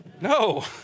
no